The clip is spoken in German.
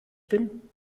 bin